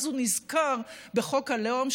אז הוא נזכר בחוק הלאום,